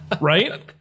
right